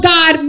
God